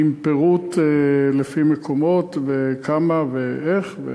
עם פירוט לפי מקומות וכמה ואיך.